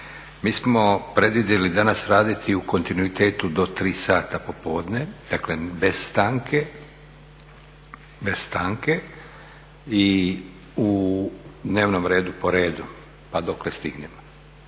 Mi smo predvidjeli danas raditi u kontinuitetu do 15,00 sati, dakle bez stanke i u dnevnom redu po redu pa dokle stignemo.